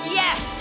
yes